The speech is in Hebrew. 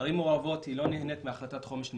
ערים מעורבות לא נהנות מהחלטת חומש נפרדת,